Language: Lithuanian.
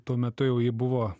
tuo metu jau ji buvo